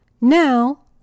Now